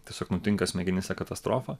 tiesiog nutinka smegenyse katastrofa